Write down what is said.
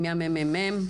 מהממ"מ.